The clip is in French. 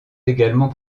également